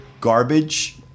garbage